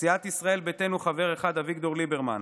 סיעת ישראל ביתנו, חבר אחד: אביגדור ליברמן,